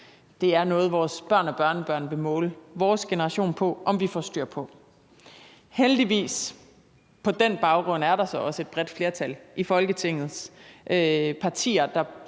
Det er noget, vores børn og børnebørn vil måle vores generation på om vi får styr på. Heldigvis er der på den baggrund så også et bredt flertal i Folketingets partier,